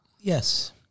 Yes